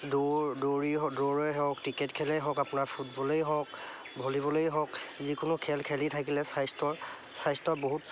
দৌৰ দৌৰি দৌৰৰে হওক ক্ৰিকেট খেলেই হওক আপোনাৰ ফুটবলেই হওক ভলীবলেই হওক যিকোনো খেল খেলি থাকিলে স্বাস্থ্যৰ স্বাস্থ্য বহুত